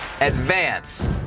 advance